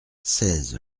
seize